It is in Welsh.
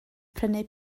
prynu